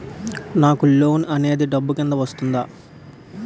నాకు లోన్ అనేది డబ్బు కిందా వస్తుందా?